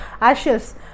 ashes